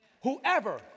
Whoever